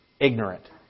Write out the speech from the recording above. Ignorant